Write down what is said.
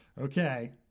okay